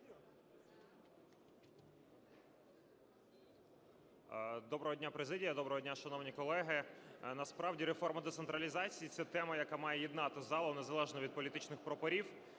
Доброго дня, президія! Доброго дня, шановні колеги! Насправді, реформа децентралізації – це тема, яка має єднати зал, незалежно від політичних прапорів,